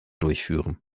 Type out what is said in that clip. durchführen